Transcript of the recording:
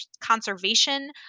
conservation